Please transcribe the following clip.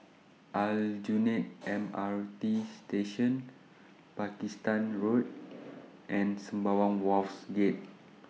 Aljunied M R T Station Pakistan Road and Sembawang Wharves Gate